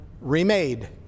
remade